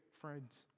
friends